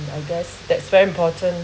I guess that's very important